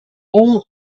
all